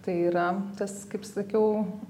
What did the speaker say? tai yra tas kaip sakiau